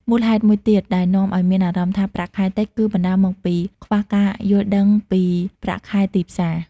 មូលហេតុមួយទៀតដែលនាំឲ្យមានអារម្មណ៍ថាប្រាក់ខែតិច គឺបណ្តាលមកពី ខ្វះការយល់ដឹងពីប្រាក់ខែទីផ្សារ។